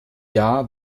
jahr